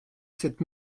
cette